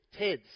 TEDs